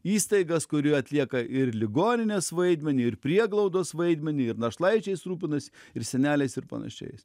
įstaigas kuri atlieka ir ligoninės vaidmenį ir prieglaudos vaidmenį ir našlaičiais rūpinasi ir seneliais ir panašiais